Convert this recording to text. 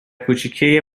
کوچیکه